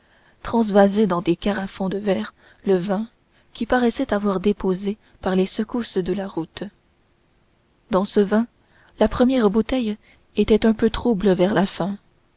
transvasait dans des carafons de verre le vin qui paraissait avoir déposé par effet des secousses de la route de ce vin la première bouteille était un peu trouble vers la fin